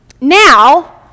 Now